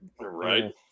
right